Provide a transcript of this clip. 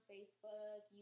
Facebook